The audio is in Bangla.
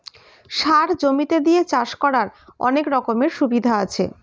সার জমিতে দিয়ে চাষ করার অনেক রকমের সুবিধা আছে